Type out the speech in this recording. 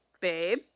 babe